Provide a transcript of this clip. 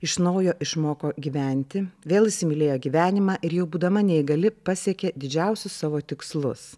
iš naujo išmoko gyventi vėl įsimylėjo gyvenimą ir jau būdama neįgali pasiekė didžiausius savo tikslus